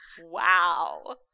Wow